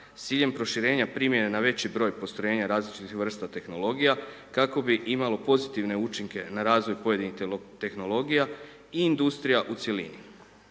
ciljem proširenja primjene na veći broj postrojenja različitih vrsta tehnologija, kako bi imalo pozitivne učinke na razvoj pojedinih tehnologija i industrija u cjelini.